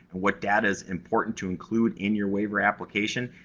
and what data is important to include in your waiver application.